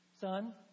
son